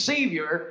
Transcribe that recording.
Savior